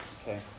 Okay